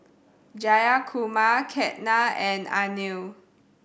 Jayakumar Ketna and Anil